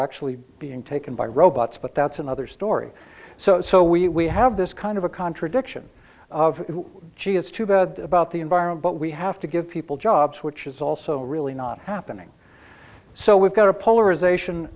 actually being taken by robots but that's another story so we have this kind of a contradiction of gee it's too bad about the environment but we have to give people jobs which is also really not happening so we've got a polarization